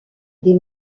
des